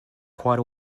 quite